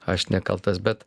aš nekaltas bet